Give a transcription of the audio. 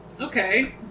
Okay